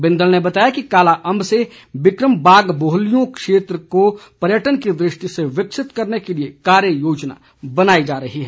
बिंदल ने बताया कि काला अम्ब से बिक्रम बाग बोहलियों क्षेत्र को पर्यटन की दृष्टि से विकसित करने के लिए कार्य योजना बनाई जा रही है